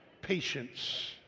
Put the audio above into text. patience